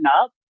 up